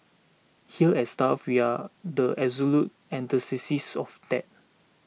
here at stuff we are the absolute antithesis of that